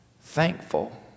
thankful